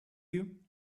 you